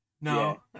no